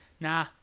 nah